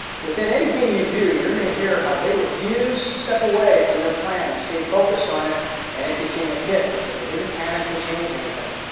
within anything you do, you're going to hear how they refused step away from their plan and stayed focused on it and it became a hit, because they didn't panic and change anything.